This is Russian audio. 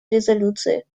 резолюции